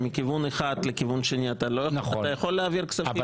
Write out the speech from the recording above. שמכיוון אחד לכיוון שני אתה יכול להעביר כספים,